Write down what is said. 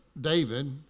david